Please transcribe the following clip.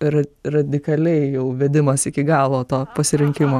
ir radikaliai jau vedimas iki galo to pasirinkimo